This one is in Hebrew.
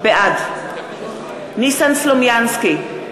בעד ניסן סלומינסקי,